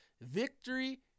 victory